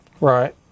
Right